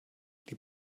die